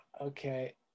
Okay